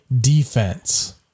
defense